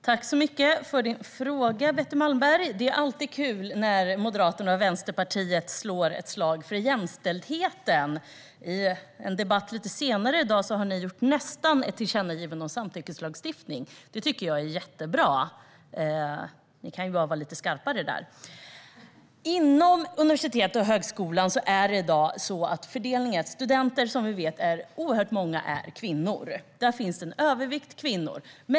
Fru talman! Tack, Betty Malmberg, för din fråga! Det är alltid kul när Moderaterna och Vänsterpartiet slår ett slag för jämställdheten. Inför en debatt som ska hållas senare har ni gjort nästan ett tillkännagivande om samtyckeslagstiftning. Det är mycket bra, men ni kan vara lite skarpare. Inom universitet och högskolor är fördelningen bland studenter sådan att det finns oerhört många kvinnor. Där finns en övervikt av kvinnor.